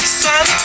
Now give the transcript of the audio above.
sun